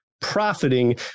profiting